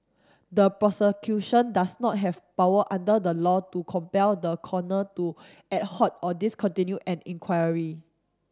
the Prosecution does not have power under the law to compel the Coroner to or discontinue an inquiry